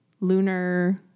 lunar